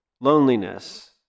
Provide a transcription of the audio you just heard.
loneliness